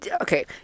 Okay